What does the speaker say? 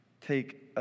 take